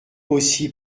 aussi